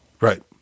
right